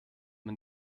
man